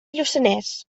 lluçanès